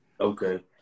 Okay